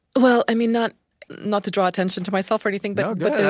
well, i mean, not not to draw attention to myself or anything but look, but yeah